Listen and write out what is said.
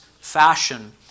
fashion